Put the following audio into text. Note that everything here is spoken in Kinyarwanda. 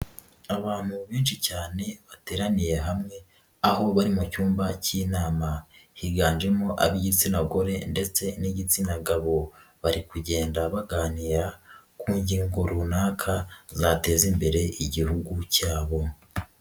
Abantu benshi cyane bateraniye hamwe, aho bari mu cyumba cy'inama, higanjemo ab'igitsina gore ndetse n'igitsina gabo, bari kugenda baganira ku ngingo runaka zateza imbere igihugu cyabo.